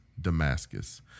Damascus